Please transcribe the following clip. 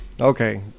okay